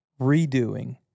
redoing